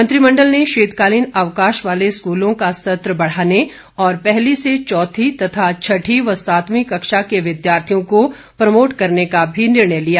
मंत्रिमंडल ने शीतकालीन अवकाश वाले स्कूलों का सत्र बढ़ाने और पहली से चौथी तथा छठी व सातवीं कक्षा के विद्यार्थियों को प्रमोट करने का भी निर्णय लिया